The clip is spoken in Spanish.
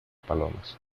palomas